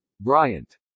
Bryant